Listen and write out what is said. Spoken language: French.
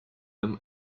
homme